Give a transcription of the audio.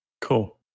cool